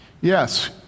Yes